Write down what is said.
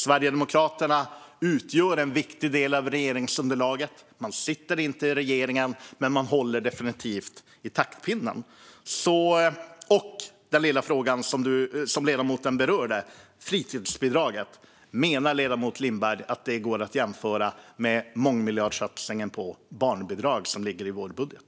Sverigedemokraterna utgör en viktig del av regeringsunderlaget. Man sitter inte i regeringen, men han håller definitivt i taktpinnen. Vi har också den lilla frågan som ledamoten berör om fritidsbidraget. Menar ledamoten Lindberg att det går att jämföra med mångmiljardsatsningen på barnbidrag som ligger i vår budget?